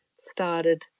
started